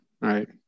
right